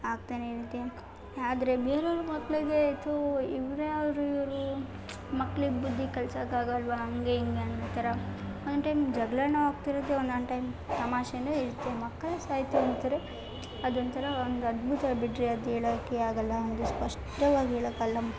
ಆಗ್ತಾನೆ ಇರುತ್ತೆ ಆದರೆ ಬೇರೆಯವ್ರು ಮಕ್ಕಳಿಗೆ ಥು ಇವ್ರ್ಯಾರು ಇವರು ಮಕ್ಳಿಗೆ ಬುದ್ಧಿ ಕಲ್ಸೋಕ್ಕಾಗಲ್ವಾ ಹಂಗೆ ಹಿಂಗೆ ಅನ್ನೋಥರ ಒಂದೊಂದು ಟೈಮ್ ಜಗಳನು ಆಗ್ತಿರುತ್ತೆ ಒಂದೊಂದು ಟೈಮ್ ತಮಾಷೆನು ಇರುತ್ತೆ ಮಕ್ಕಳ ಸಾಹಿತ್ಯ ಒಂಥರ ಅದೊಂತರ ಒಂದು ಅದ್ಭುತ ಬಿಡ್ರಿ ಅದು ಹೇಳೋಕೆ ಆಗಲ್ಲ ಅದು ಸ್ಪಷ್ಟವಾಗಿ ಹೇಳೋಕ್ಕಾಗಲ್ಲ